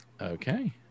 okay